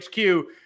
HQ